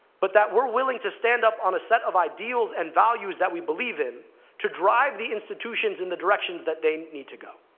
but that we're willing to stand up on a set of ideals and values that we believe in to drive the institutions in the directions that they need to go.